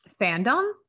fandom